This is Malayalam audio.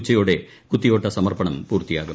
ഉച്ചയോടെ കുത്തിയോട്ട സമർപ്പണം പൂർത്തിയാകും